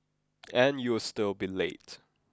and you will still be late